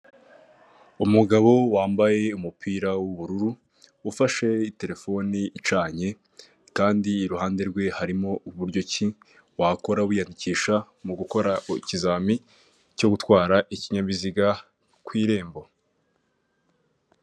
Umugabo wambaye umupira w'ubururu, ufashe telefoni icanye, kandi iruhande rwe harimo uburyo ki wakora wiyandikisha mu gukora ikizamini cyo gutwara ikinyabiziga, ku irembo.